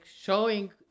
showing